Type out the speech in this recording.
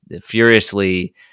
furiously